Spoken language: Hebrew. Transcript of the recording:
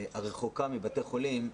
הרחוק מבתי חולים,